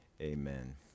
Amen